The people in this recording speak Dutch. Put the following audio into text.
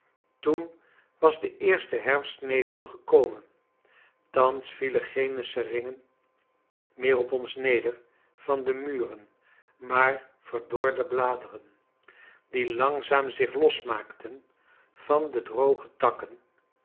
toen was de eerste herfstnevel gekomen thans vielen geene seringen meer op ons neder van de muren maar verdorde bladeren die langzaam zich losmaakten van de droge takken